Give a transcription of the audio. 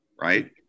Right